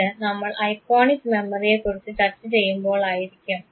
ഇത് നമ്മൾ ഐകോണിക്ക് മെമ്മറിയെക്കുറിച്ച് ചർച്ച ചെയ്യുമ്പോൾ ആയിരിക്കും